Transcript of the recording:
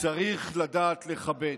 צריך לדעת לכבד,